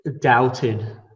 doubted